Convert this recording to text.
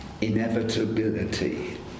inevitability